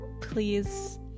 please